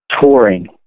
Touring